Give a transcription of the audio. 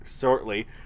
shortly